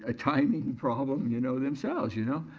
ah timing problem you know themselves. you know?